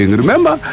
Remember